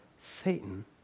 Satan